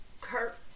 Kurt